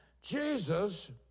Jesus